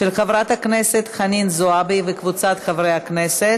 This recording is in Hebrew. של חברת הכנסת חנין זועבי וקבוצת חברי הכנסת.